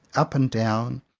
up and down,